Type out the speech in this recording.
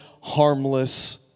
harmless